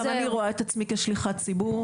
גם אני רואה את עצמי כשליחת ציבור.